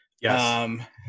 Yes